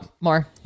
more